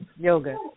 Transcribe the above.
yoga